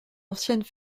anciennes